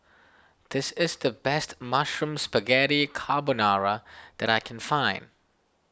this is the best Mushroom Spaghetti Carbonara that I can find